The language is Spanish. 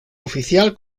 oficial